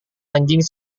anjing